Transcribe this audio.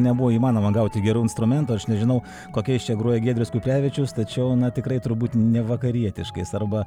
nebuvo įmanoma gauti gerų instrumentų aš nežinau kokiais čia groja giedrius kuprevičius tačiau na tikrai turbūt nevakarietiškais arba